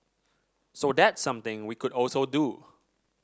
so that's something we could also do